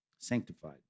Sanctified